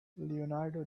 leonardo